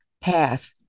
path